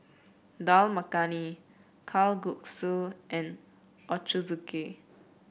Dal Makhani Kalguksu and Ochazuke